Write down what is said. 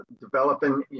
developing